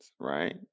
right